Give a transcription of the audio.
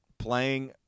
Playing